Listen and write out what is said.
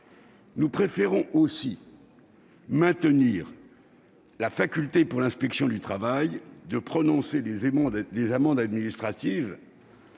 Nous souhaitons aussi maintenir la faculté pour l'inspection du travail de prononcer des amendes administratives